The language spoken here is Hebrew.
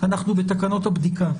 אנחנו בתקנות הבדיקה,